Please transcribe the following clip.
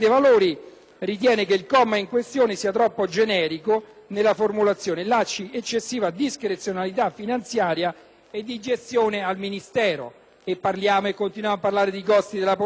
ritiene che il comma in questione sia troppo generico nella formulazione e lasci eccessiva discrezionalità finanziaria e di gestione al Ministero. E continuiamo a parlare di costi della politica.